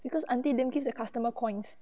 because auntie lian gives the customer coins